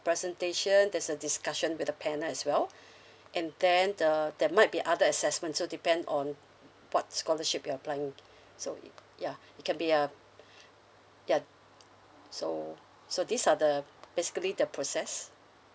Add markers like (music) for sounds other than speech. presentation there's a discussion with the panel as well and then uh there might be other assessment so depend on wh~ what scholarship you're applying so it ya it can be uh (breath) ya so so these are the basically the process